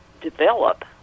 develop